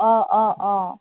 অঁ অঁ অঁ